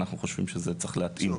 אנחנו חושבים שזה צריך להתאים.